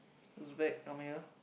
Uzbek come here